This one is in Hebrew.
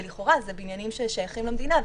ולכאורה אלו בניינים ששייכים למדינה,